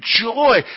joy